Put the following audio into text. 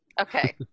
Okay